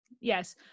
Yes